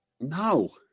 No